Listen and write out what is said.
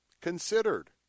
considered